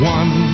one